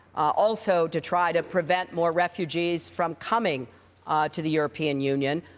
also to try to prevent more refugees from coming to the european union.